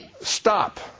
Stop